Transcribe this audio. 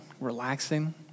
relaxing